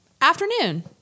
afternoon